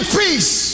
peace